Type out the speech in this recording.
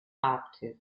arktis